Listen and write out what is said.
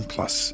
Plus